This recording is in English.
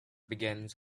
begins